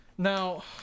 Now